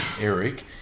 Eric